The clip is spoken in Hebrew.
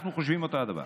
אנחנו חושבים אותו דבר.